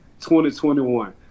2021